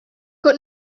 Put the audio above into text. got